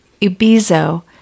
Ubizo